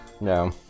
No